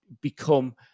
become